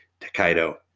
Takaido